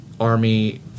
Army